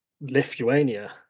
Lithuania